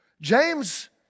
James